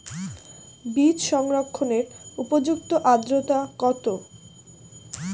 বীজ সংরক্ষণের উপযুক্ত আদ্রতা কত?